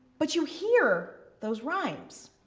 but you hear those rhymes,